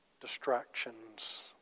distractions